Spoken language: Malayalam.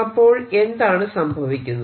അപ്പോൾ എന്താണ് സംഭവിക്കുന്നത്